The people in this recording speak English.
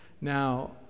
Now